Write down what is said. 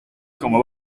como